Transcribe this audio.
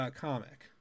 comic